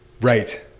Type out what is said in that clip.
Right